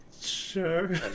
Sure